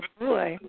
boy